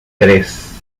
tres